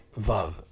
Vav